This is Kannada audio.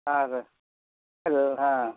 ಹಾಂ ಅದು ಅದು ಹಾಂ